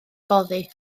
boddi